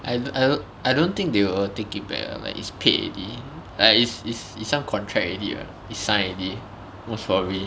I don't I don't I don't think they will take it back like is paid already like is is some contract already [what] is signed already most probably